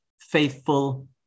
faithful